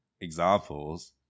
examples